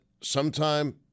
sometime